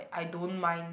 I don't mind